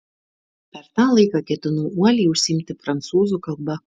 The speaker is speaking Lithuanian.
per tą laiką ketinu uoliai užsiimti prancūzų kalba